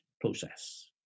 process